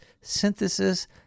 synthesis